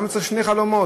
למה צריך שני חלומות?